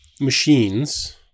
machines